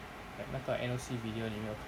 like 那个 N_O_C video 有没有